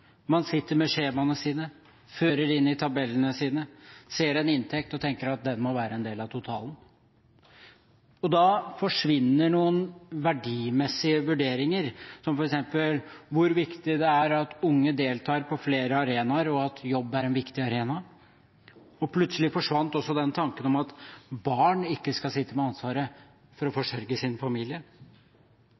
Man sitter med skjemaene sine, fører inn i tabellene sine, ser en inntekt og tenker at den må være en del av totalen. Da forsvinner noen verdimessige vurderinger, som f.eks. hvor viktig det er at unge deltar på flere arenaer, og at jobb er en viktig arena. Plutselig forsvant også den tanken at barn ikke skal sitte med ansvaret for å forsørge sin familie.